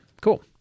Cool